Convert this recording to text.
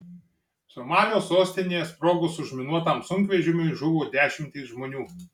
somalio sostinėje sprogus užminuotam sunkvežimiui žuvo dešimtys žmonių